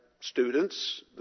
students